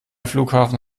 flughafen